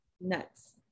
Nuts